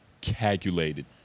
calculated